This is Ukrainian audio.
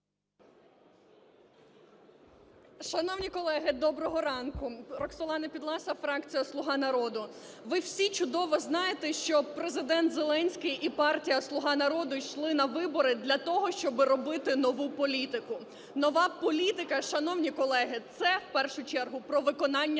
Шановні колеги, доброго ранку! Роксолана Підласа, фракція "Слуга народу". Ви всі чудово знаєте, що Президент Зеленський і партія "Слуга народу" йшли на вибори для того, щоб робити нову політику. Нова політика, шановні колеги, це, в першу чергу, про виконання